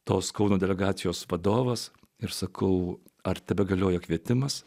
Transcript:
tos kauno delegacijos vadovas ir sakau ar tebegalioja kvietimas